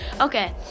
okay